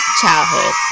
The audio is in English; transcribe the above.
Childhood